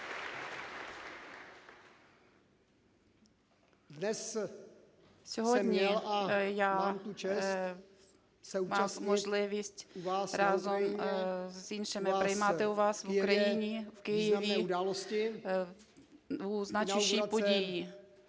я мав можливість разом з іншими приймати у вас в Україні, в Києві у значущій події